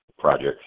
projects